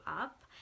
up